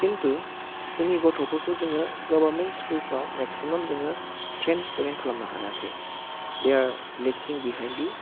खिन्थु जोंनि गथ'फोरखौ जोङो गभार्नमेन्ट स्कुलफ्राव मेक्सिमाम जोङो ट्रेन्ड स्टुदेन्ट खालामनो हायाखै दे आरो लेकिं बिहाइन्ड दि